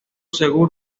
seguro